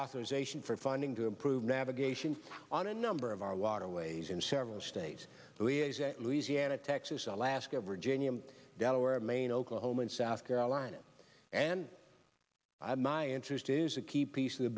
authorization for funding to improve navigation on a number of our waterways in several states louisiana texas alaska virginia delaware maine oklahoma in south carolina and i my interest is a key piece of the